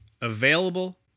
available